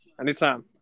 Anytime